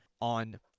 on